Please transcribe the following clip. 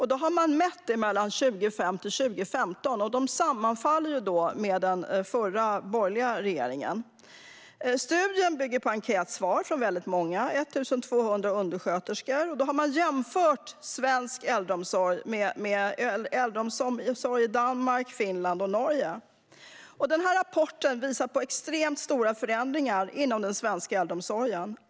Man har mätt dem mellan 2005 och 2015, vilket sammanfaller med det borgerliga regeringsinnehavet. Studien bygger på enkätsvar från väldigt många - 1 200 undersköterskor - och man har jämfört svensk äldreomsorg med äldreomsorgen i Danmark, Finland och Norge. Rapporten visar på extremt stora förändringar inom den svenska äldreomsorgen.